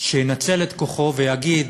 שינצל את כוחו ויגיד: